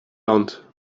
land